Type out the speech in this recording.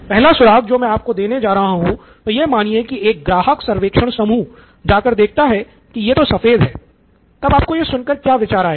पहला सुराग जो मैं आपको देने जा रहा हूं वो यह की मानिए की एक ग्राहक सर्वेक्षण समूह जाकर देखता है की यह तो सफेद है तब आपको यह सुन के क्या विचार आयेगा